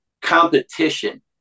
Competition